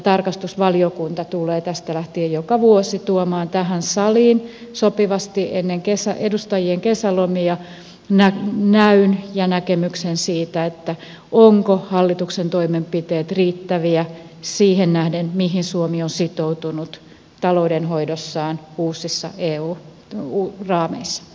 tarkastusvaliokunta tulee tästä lähtien joka vuosi tuomaan tähän saliin sopivasti ennen edustajien kesälomia näyn ja näkemyksen siitä ovatko hallituksen toimenpiteet riittäviä siihen nähden mihin suomi on sitoutunut taloudenhoidossaan uusissa eu raameissa